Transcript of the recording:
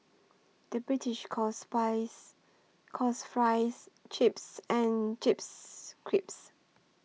the British calls buys calls Fries Chips and Chips Crisps